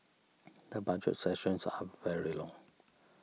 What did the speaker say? the Budget sessions are very long